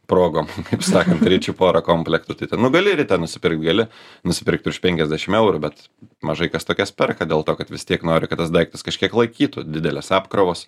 progom kaip sakant ričių porą komplektų tai ten nu gali rite nusipirkt gali nusipirkt už penkiasdešimt eurų bet mažai kas tokias perka dėl to kad vis tiek nori kad tas daiktas kažkiek laikytų didelės apkrovos